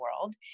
world